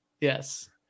Yes